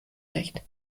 recht